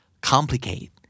Complicate